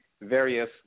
various